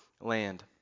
land